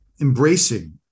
embracing